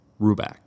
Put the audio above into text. Rubak